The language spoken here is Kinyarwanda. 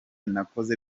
nakoze